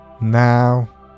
Now